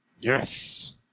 Yes